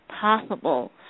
possible